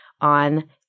on